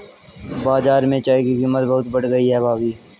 बाजार में चाय की कीमत बहुत बढ़ गई है भाभी